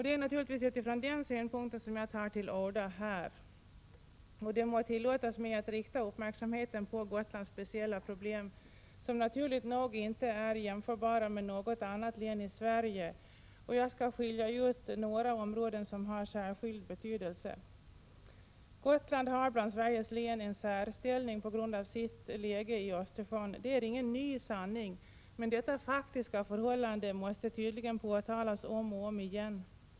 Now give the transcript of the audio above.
Det är naturligtvis utifrån den synpunkten som jag tar till orda här. Det må tillåtas mig att rikta uppmärksamheten på Gotlands speciella problem, som naturligt nog inte är jämförbara med något annat läns i Sverige, och jag skall skilja ut några områden som har särskild betydelse. Gotland har bland Sveriges län en särställning på grund av sitt läge i Östersjön. Det är ingen ny sanning, men detta faktiska förhållande måste tydligen påtalas om och om igen.